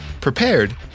prepared